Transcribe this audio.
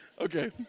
Okay